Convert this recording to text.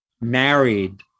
married